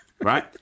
right